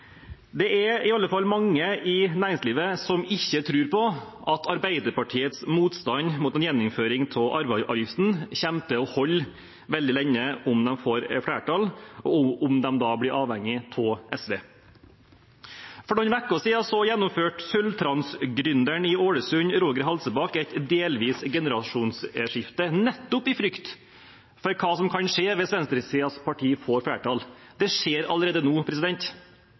Det er i alle fall mange i næringslivet som ikke tror på at Arbeiderpartiets motstand mot en gjeninnføring av arveavgiften kommer til å holde veldig lenge om de får flertall, og om de da blir avhengige av SV. For noen uker siden gjennomførte Sølvtrans-gründeren i Ålesund, Roger Halsebakk, et delvis generasjonsskifte, nettopp i frykt for hva som kan skje hvis venstresidens partier får flertall. Det skjer allerede nå.